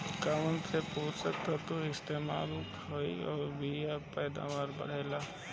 कौन से पोषक तत्व के इस्तेमाल से हाइब्रिड बीया के पैदावार बढ़ेला?